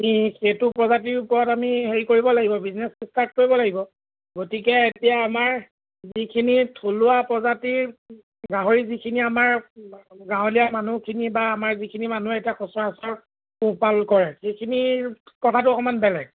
আমি সেইটো প্ৰজাতিৰ ওপৰত আমি হেৰি কৰিব লাগিব বিজনেছ ষ্টাৰ্ট কৰিব লাগিব গতিকে এতিয়া আমাৰ যিখিনি থলুৱা প্ৰজাতিৰ গাহৰি যিখিনি আমাৰ গাঁৱলীয়া মানুহখিনি বা আমাৰ যিখিনি মানুহে এতিয়া সচৰাচৰ পোহ পাল কৰে সেইখিনি কথাটো অকণমান বেলেগ